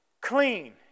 clean